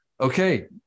Okay